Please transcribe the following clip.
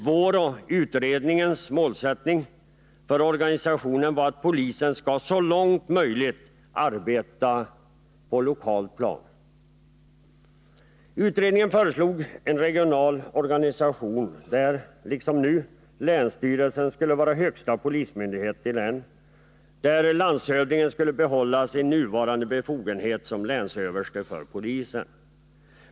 Vår och utredningens målsättning för organisationen var att polisen så långt möjligt skall arbeta på det lokala planet. Utredningen föreslog en regional organisation där, liksom nu, länsstyrelsen skall vara högsta polismyndighet i länet och där landshövdingen skall behålla sina nuvarande befogenheter som länsöverste för polisen.